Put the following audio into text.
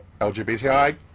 LGBTI